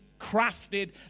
crafted